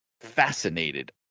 fascinated